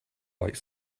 like